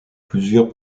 plusieurs